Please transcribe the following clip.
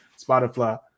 Spotify